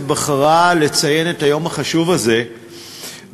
בחרה לציין את היום החשוב הזה במליאה.